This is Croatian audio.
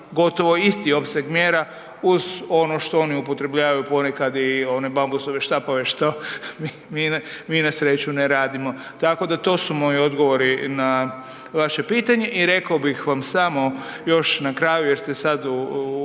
gotovo isti opseg mjera uz ono što oni upotrebljavaju i one bambusove štapove što mi na sreću ne radimo. Tako da to su moji odgovori na vaše pitanje. I rekao bih vam samo još na kraju jer ste sad u